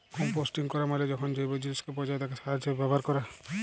composting ক্যরা মালে যখল জৈব জিলিসকে পঁচায় তাকে সার হিসাবে ব্যাভার ক্যরে